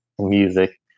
music